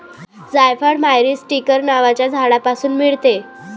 जायफळ मायरीस्टीकर नावाच्या झाडापासून मिळते